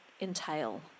entail